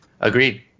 Agreed